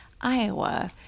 Iowa